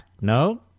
no